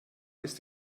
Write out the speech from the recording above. ist